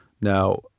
Now